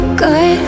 good